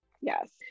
Yes